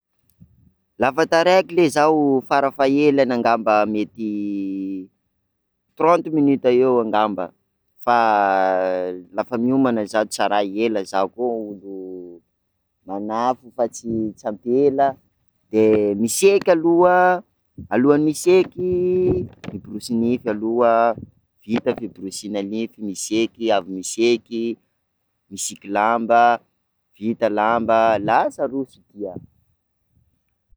La fa taraiky ley zaho farafahelany ngamba mety trente minutes eo angamba fa la fa miomana zaho tsa raha ela zaho koa olo manafo fa tsy ampela de miseky aloha, alohan'ny miseky, miborosy nify aloha, vita ny fiborosoana nify de miseky, misiky lamba, vita lamba lasa roso, ya.